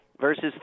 verses